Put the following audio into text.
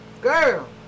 girl